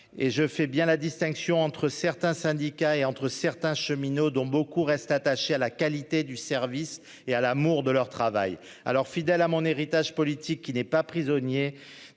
Et je fais bien la distinction entre certains syndicats et entre certains cheminots dont beaucoup restent attachés à la qualité du service et à l'amour de leur travail alors fidèle à mon héritage politique qui n'est pas prisonnier